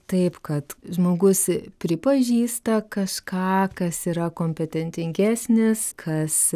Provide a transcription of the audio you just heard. taip kad žmogus pripažįsta kažką kas yra kompetentingesnis kas